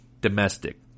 domestic